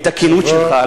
את הכנות שלך,